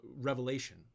revelation